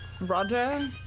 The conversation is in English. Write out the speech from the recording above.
Roger